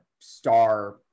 star